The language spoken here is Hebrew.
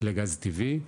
לגז טבעי,